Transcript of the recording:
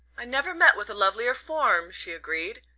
i never met with a lovelier form, she agreed,